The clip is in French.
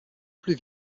plus